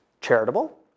charitable